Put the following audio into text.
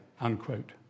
unquote